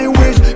wish